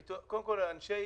קודם כל, אנשי